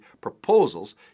proposals